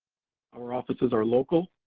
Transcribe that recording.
our offices are local,